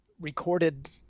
recorded